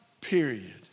period